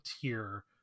tier